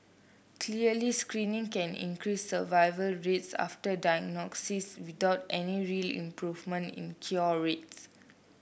clearly screening can increase survival rates after diagnosis without any real improvement in cure rates